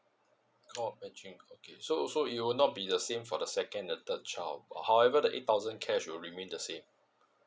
oo matching okay so so it will not be the same for the second and third child however the eight thousand cash will remain the same